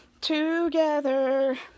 together